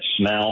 smell